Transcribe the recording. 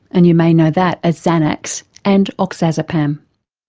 and you may know that as xanax, and oxazepam.